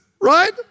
right